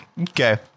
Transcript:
okay